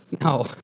No